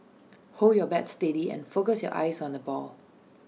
hold your bat steady and focus your eyes on the ball